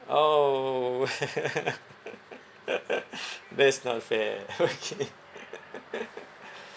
orh that's not fair okay